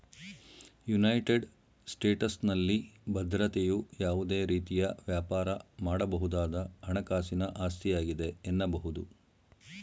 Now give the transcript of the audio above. United ಸ್ಟೇಟಸ್ನಲ್ಲಿ ಭದ್ರತೆಯು ಯಾವುದೇ ರೀತಿಯ ವ್ಯಾಪಾರ ಮಾಡಬಹುದಾದ ಹಣಕಾಸಿನ ಆಸ್ತಿಯಾಗಿದೆ ಎನ್ನಬಹುದು